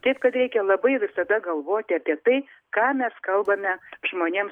taip kad reikia labai visada galvoti apie tai ką mes kalbame žmonėms